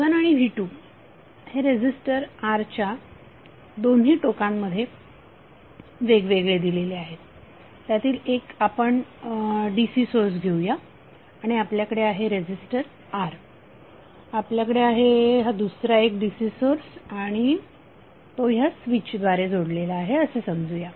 V1आणि V2 हे resistor R च्या दोन्ही टोकांमध्ये वेगवेगळे दिलेले आहेत त्यातील एक आपण DC सोर्स घेऊया आणि आपल्याकडे आहे रेझीस्टर R आपल्याकडे आहे दुसरा एक DC सोर्स आणि तो ह्या स्वीच द्वारे जोडलेला आहे असे समजू या